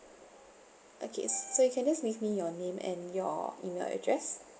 okay so you can just leave me your name and your email address